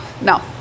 No